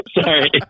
Sorry